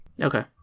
Okay